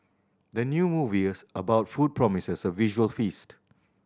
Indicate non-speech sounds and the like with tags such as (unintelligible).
the new movie (unintelligible) about food promises a visual feast